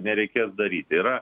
nereikės daryti yra